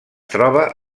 troba